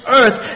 earth